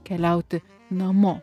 keliauti namo